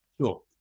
Sure